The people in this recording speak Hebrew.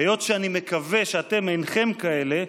היות שאני מקווה שאתם אינכם כאלה,